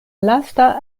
lasta